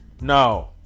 No